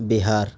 بہار